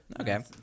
Okay